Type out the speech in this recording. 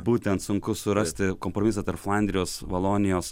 būtent sunku surasti kompromisą tarp flandrijos valonijos